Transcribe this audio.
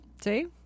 See